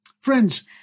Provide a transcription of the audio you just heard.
Friends